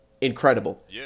Incredible